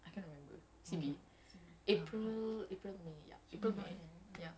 I can't remember C_B april april may ya april may ya